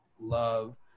love